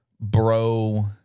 Bro